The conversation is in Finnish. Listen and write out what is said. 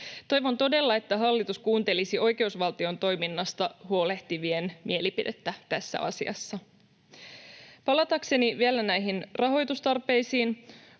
Toivon todella, että hallitus kuuntelisi oikeusvaltion toiminnasta huolehtivien mielipidettä tässä asiassa. Palatakseni vielä näihin rahoitustarpeisiin